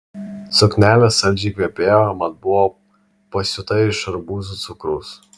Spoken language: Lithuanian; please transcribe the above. suknelė saldžiai kvepėjo mat buvo pasiūta iš arbūzų cukraus